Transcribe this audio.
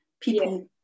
people